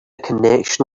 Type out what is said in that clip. connection